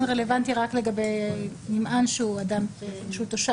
רלוונטי רק לגבי נמען שהוא תושב.